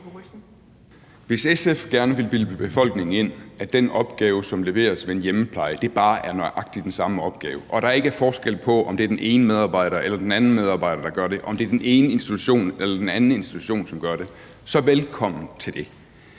Hvis SF gerne vil bilde befolkningen ind, at den opgave, som leveres ved en hjemmepleje, bare er nøjagtig den samme opgave og der ikke er forskel på, om det er den ene medarbejder eller den anden medarbejder, der gør det, om det er den ene institution eller den anden institution, som gør det, så er man velkommen til det.